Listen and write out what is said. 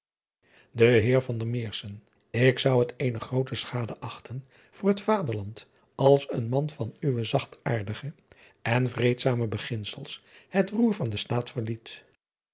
e eer k zou het eene groote schade achten voor het aderland als een man van uwe zachtaardige en vreedzame beginsels het roer van den taat verliet